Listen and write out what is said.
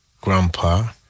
Grandpa